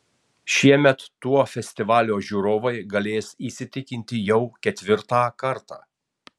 šiemet tuo festivalio žiūrovai galės įsitikinti jau ketvirtą kartą